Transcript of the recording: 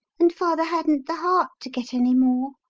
and father hadn't the heart to get any more.